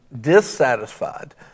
dissatisfied